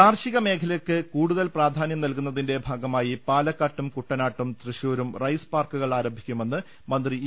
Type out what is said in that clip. കാർഷിക മേഖലയ്ക്ക് കൂടുതൽ പ്രാധാന്യം നൽകുന്നതിന്റെ ഭാഗമായി പാലക്കാട്ടും കുട്ടനാട്ടും തൃശൂരും റൈസ് പാർക്കുകൾ ആരംഭിക്കുമെന്ന് മന്ത്രി ഇ